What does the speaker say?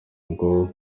ngo